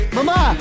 Mama